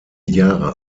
jahre